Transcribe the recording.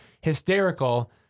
hysterical